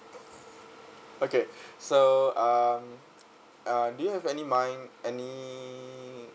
okay so um uh do you have any mind any